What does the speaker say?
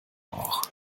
auch